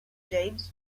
james